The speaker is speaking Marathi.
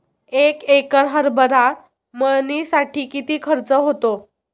एक एकर हरभरा मळणीसाठी किती खर्च होतो?